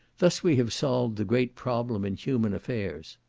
thus we have solved the great problem in human affairs.